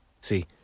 See